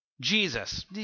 Jesus